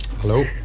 Hello